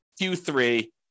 Q3